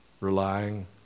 relying